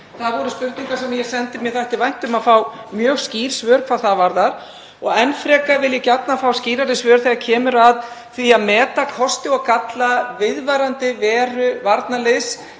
Það voru spurningar sem ég sendi og mér þætti vænt um að fá mjög skýr svör hvað það varðar. Og enn frekar vil ég fá skýrari svör þegar kemur að því að meta kosti og galla viðvarandi veru varnarliðs